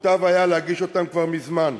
מוטב היה להגיש אותן כבר מזמן.